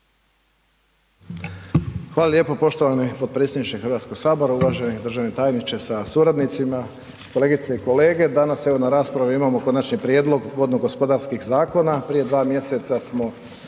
Hvala lijepo poštovani potpredsjedniče HS, uvaženi državni tajniče sa suradnicima, kolegice i kolege, danas evo na raspravi imamo Konačni prijedlog vodno gospodarskih zakona, prije 2 mjeseca smo